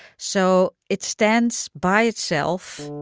so it stands by itself,